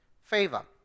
favor